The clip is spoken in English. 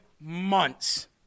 months